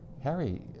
Harry